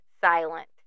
silent